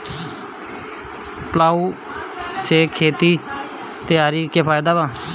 Plough से खेत तैयारी के का फायदा बा?